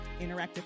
interactive